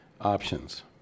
options